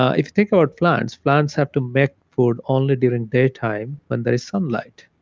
ah if you think about plants, plants have to make food only during day time when there's sunlight.